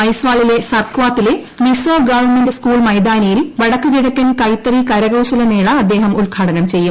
ഐയ്സ്വാളിലെ സർക്വാത്തിലെ Mizo government school മൈതാനിയിൽ വടക്ക് കിഴക്കൻ കൈത്തറി കരകൌശല മേള അദ്ദേഹം ഉദ്ഘാടനം ച്ചെയ്യും